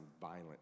violent